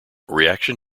reaction